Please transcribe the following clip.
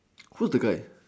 who's the guy